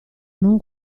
non